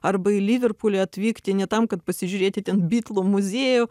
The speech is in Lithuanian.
arba į liverpulį atvykti ne tam kad pasižiūrėti ten bitlų muziejų